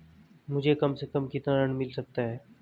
मुझे कम से कम कितना ऋण मिल सकता है?